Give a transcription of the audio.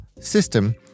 system